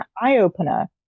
eye-opener